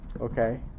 Okay